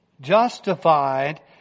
Justified